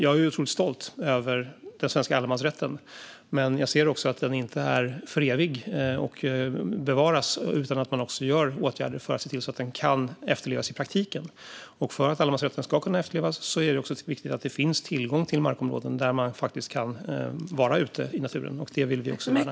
Jag är otroligt stolt över den svenska allemansrätten, men jag ser också att den inte kan bevaras och vara för evigt om man inte också vidtar åtgärder för att se till att den kan efterlevas i praktiken. För att allemansrätten ska kunna efterlevas är det också viktigt att det finns tillgång till markområden där man faktiskt kan vara ute i naturen. Det vill vi också värna.